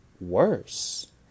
worse